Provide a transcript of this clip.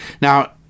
Now